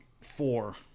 four